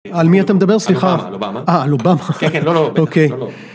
על מי אתה מדבר? סליחה. על אובמה. אה, על אובמה. כן, כן, לא, לא. אוקיי.